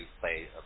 play